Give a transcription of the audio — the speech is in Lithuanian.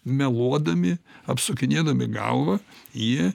meluodami apsukinėdami galvą jie